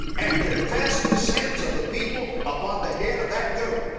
and confess the sins of the people upon the head of that goat.